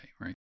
right